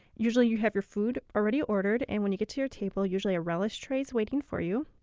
usually you have your food already ordered, and when you get to your table, usually a relish tray is waiting for you,